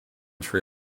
sri